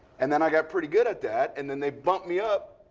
and then, i got pretty good at that. and then, they bumped me up.